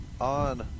on